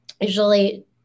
usually